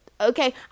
okay